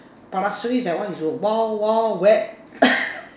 Pasir-Ris that one is a wild wild wet